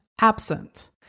absent